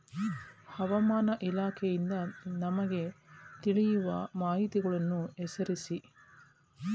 ಹವಾಮಾನ ಇಲಾಖೆಯಿಂದ ನಮಗೆ ತಿಳಿಯುವ ಮಾಹಿತಿಗಳನ್ನು ಹೆಸರಿಸಿ?